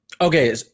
Okay